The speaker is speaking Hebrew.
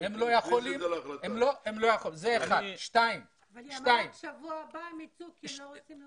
היא אמרה שבשבוע הבא הם יוצאים.